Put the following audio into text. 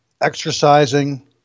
exercising